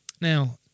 Now